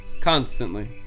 constantly